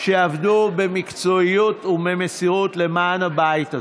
שעבדו במקצועיות ובמסירות למען הבית הזה.